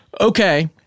Okay